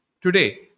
today